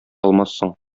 алмассың